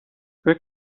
فکر